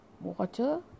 water